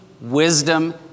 wisdom